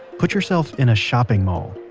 put yourself in a shopping mall.